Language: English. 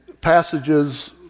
passages